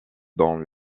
dans